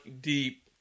deep